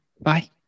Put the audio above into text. Bye